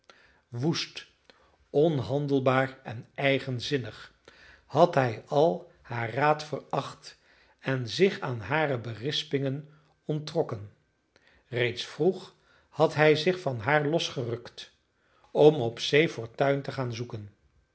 woest onhandelbaar en eigenzinnig had hij al haar raad veracht en zich aan hare berispingen onttrokken reeds vroeg had hij zich van haar losgerukt om op zee fortuin te gaan zoeken